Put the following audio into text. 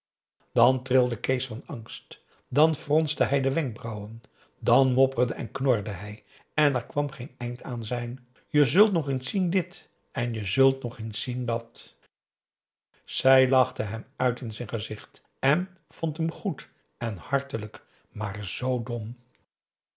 dan trilde kees van angst dan fronste hij de wenkbrauwen dan p a daum hoe hij raad van indië werd onder ps maurits mopperde en knorde hij en er kwam geen eind aan zijn je zult nog eens zien dit en je zult nog eens zien dat zij lachte hem uit in z'n gezicht en vond hem goed en hartelijk maar zoo dom